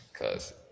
Cause